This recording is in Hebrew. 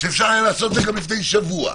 כשאפשר היה לעשות את זה גם לפני שבוע.